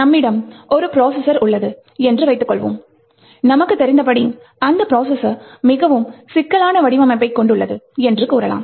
நம்மிடம் ஒரு ப்ரொசஸர் உள்ளது என்று வைத்துக்கொள்வோம் நமக்கு தெரிந்தபடி அந்த ப்ரொசஸர் மிகவும் சிக்கலான வடிவமைப்பை கொண்டு உள்ளது என்று கூறலாம்